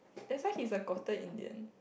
that's why he's a quarter Indian